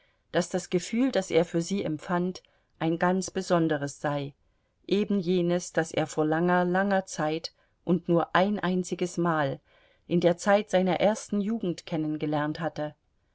daß das gefühl das er für sie empfand ein ganz besonderes sei eben jenes das er vor langer langer zeit und nur ein einziges mal in der zeit seiner ersten jugend kennengelernt hatte